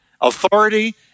authority